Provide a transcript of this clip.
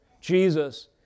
Jesus